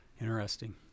Interesting